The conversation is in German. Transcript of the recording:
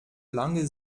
lange